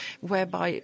whereby